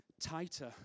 tighter